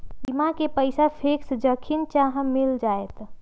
बीमा के पैसा फिक्स जखनि चाहम मिल जाएत?